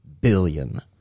billion